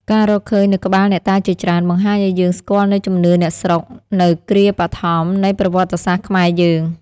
ការរកឃើញនូវក្បាលអ្នកតាជាច្រើន បង្ហាញឱ្យយើងស្គាល់នូវជំនឿអ្នកស្រុក នៅគ្រាបឋមនៃប្រវត្តិសាស្ត្រខ្មែយើង។